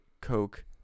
Coke